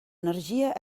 energia